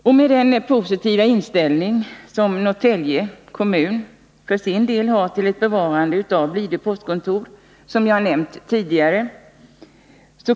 Som jag nämnt tidigare har Norrtälje kommun för sin del en positiv inställning till ett bevarande av Blidö postkontor.